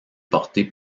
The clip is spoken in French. portée